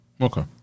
Okay